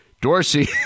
Dorsey